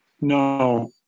No